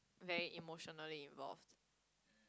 very emotionally involved